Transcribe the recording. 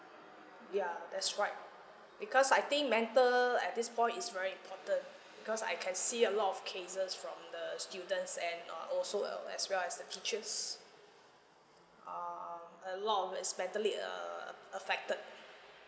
ya that's right because I think mental at this point is very important because I can see a lot of cases from the students and uh also uh as well as the teachers um a lot of it's mentally uh uh affected